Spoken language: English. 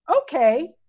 okay